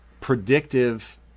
predictive